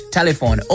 Telephone